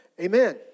Amen